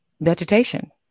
vegetation